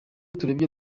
turebye